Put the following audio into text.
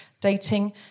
dating